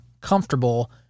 comfortable